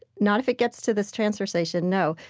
not if it gets to this transfer station, no.